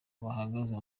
bahagaze